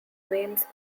means